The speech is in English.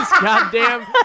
goddamn